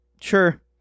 Sure